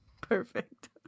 perfect